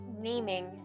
naming